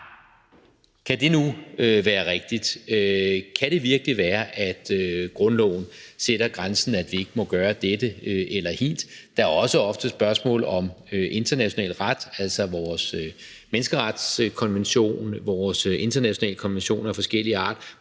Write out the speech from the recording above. kan det nu være rigtigt? Kan det virkelig være sådan, at grundloven sætter grænsen, i forhold til at vi ikke må gøre dette eller hint? Der er også ofte spørgsmål om international ret, altså vores menneskerettighedskonvention, vores internationale konventioner af forskellig art,